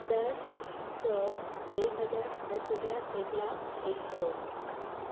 दस सौ एक हजार दस हजार एक लाख एक करोड़